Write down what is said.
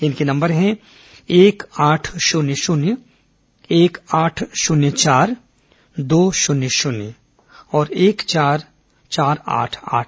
इनके नंबर है एक आठ शून्य शून्य एक आठ शून्य चार दो शून्य शून्य और एक चार चार आठ आठ